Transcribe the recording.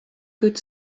good